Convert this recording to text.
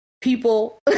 people